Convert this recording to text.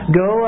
go